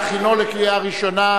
30 בעד, אין מתנגדים, אין נמנעים.